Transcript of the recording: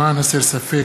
למען הסר ספק,